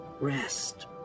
Rest